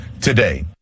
today